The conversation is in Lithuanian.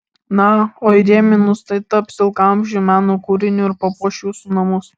na o įrėminus tai taps ilgaamžiu meno kūriniu ir papuoš jūsų namus